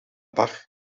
bar